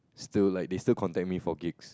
still like they still contact me for gigs